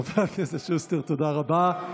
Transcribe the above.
חבר הכנסת שוסטר, תודה רבה.